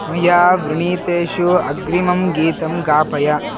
मया वृणीतेषु अग्रिमं गीतं गापय